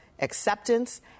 Acceptance